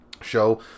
show